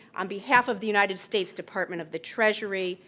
on behalf of the united states department of the treasury,